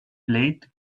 blade